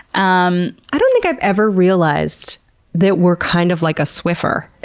um i don't think i've ever realized that we're kind of like a swiffer.